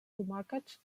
tomàquets